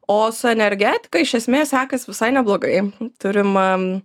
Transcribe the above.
o su energetika iš esmės sekas visai neblogai turim am